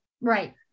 Right